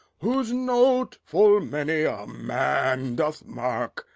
whose note full many a man doth mark,